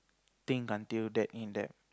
think until that in depth